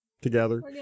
together